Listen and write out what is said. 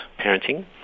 parenting